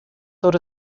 sort